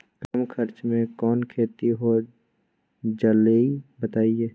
कम खर्च म कौन खेती हो जलई बताई?